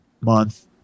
month